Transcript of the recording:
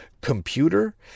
computer